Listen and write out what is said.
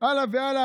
הלאה והלאה.